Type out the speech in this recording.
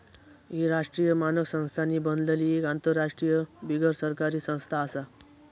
ही राष्ट्रीय मानक संस्थांनी बनलली एक आंतरराष्ट्रीय बिगरसरकारी संस्था आसा